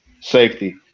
Safety